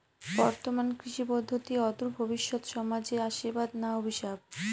বর্তমান কৃষি পদ্ধতি অদূর ভবিষ্যতে সমাজে আশীর্বাদ না অভিশাপ?